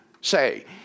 say